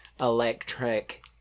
electric